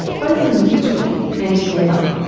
both individually and together.